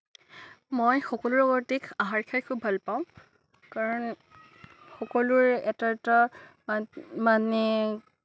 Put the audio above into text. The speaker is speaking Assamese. মই সকলোৰে লগতে আহাৰ খাই খুব ভাল পাওঁ কাৰণ সকলোৰে এটা এটা মা মানে